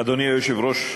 אדוני היושב-ראש,